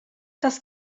das